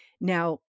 Now